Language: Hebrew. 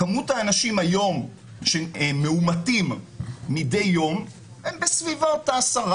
כמות האנשים היום שמאומתים מדי יום הם בסביבות ה-10%,